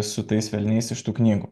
su tais velniais iš tų knygų